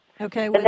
Okay